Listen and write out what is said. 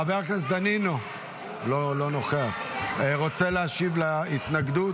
חבר הכנסת דנינו, רוצה להשיב על ההתנגדות?